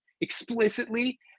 explicitly